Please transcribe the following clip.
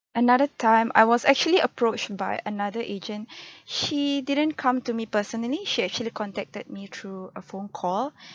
another time I was actually approached by another agent she didn't come to me personally she actually contacted me through a phone call